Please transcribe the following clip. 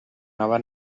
nova